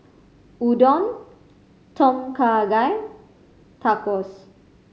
Udon Tom Kha Gai Tacos